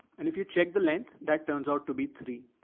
and if you check the lent, that turns out to be three.